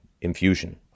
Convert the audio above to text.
infusion